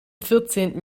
vierzehnten